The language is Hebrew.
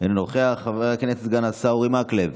אינו נוכח, חבר הכנסת סגן השר אורי מקלב,